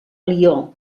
lió